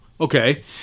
Okay